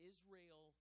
Israel